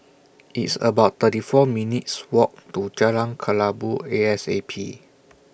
It's about thirty four minutes' Walk to Jalan Kelabu A S A P